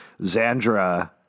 Zandra